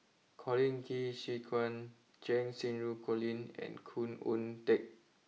Colin Qi Zhe Quan Cheng Xinru Colin and Khoo Oon Teik